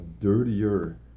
dirtier